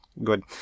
good